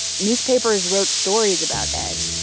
newspapers wrote stories about ed.